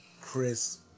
Chris